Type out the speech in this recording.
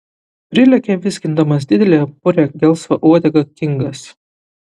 prilekia vizgindamas didelę purią gelsvą uodegą kingas